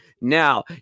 Now